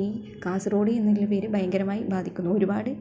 ഈ കാസർഗോട് എന്നുള്ള പേര് ഭയങ്കരമായി ബാധിക്കുന്നു ഒരുപാട്